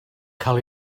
cael